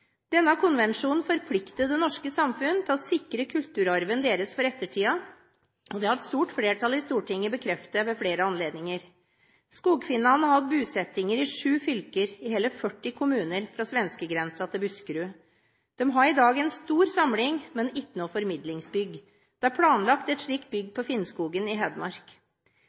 Denne konvensjonen forplikter det norske samfunn til å sikre kulturarven deres for ettertiden, og det har et stort flertall i Stortinget bekreftet ved flere anledninger. Skogfinnene har hatt bosettinger i sju fylker i hele 40 kommuner fra svenskegrensen til Buskerud. De har i dag en stor samling, men ikke noe formidlingsbygg. Det er planlagt et slikt bygg på Finnskogen i Hedmark.